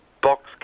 Box